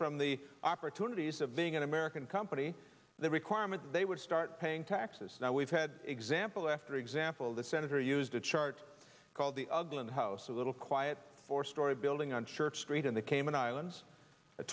from the opportunities of being an american company the requirement that they would start paying taxes now we've had example after example the senator used a chart called the ugly in house a little quiet four story building on church street in the cayman islands